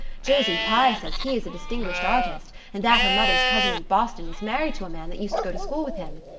josie pye says he is a distinguished artist, and that her mother's cousin in boston is married to a man that used to go to school with him.